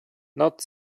not